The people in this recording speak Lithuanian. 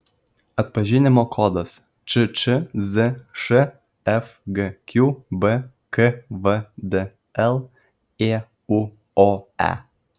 atpažinimo kodas ččzš fgqb kvdl ėuoe